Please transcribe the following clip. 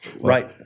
Right